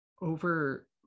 over